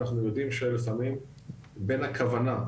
אנחנו יודעים שלפעמים בין הכוונה,